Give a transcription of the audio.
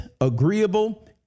agreeable